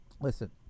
listen